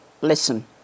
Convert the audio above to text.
listen